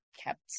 kept